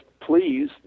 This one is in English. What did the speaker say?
please